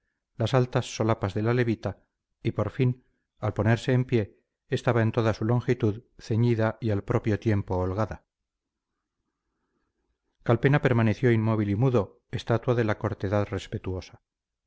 las altas solapas de la levita y por fin al ponerse en pie esta en toda su longitud ceñida y al propio tiempo holgada calpena permaneció inmóvil y mudo estatua de la cortedad respetuosa